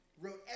Wrote